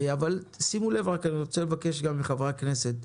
שימו לב, אני רוצה לבקש גם מחברי הכנסת,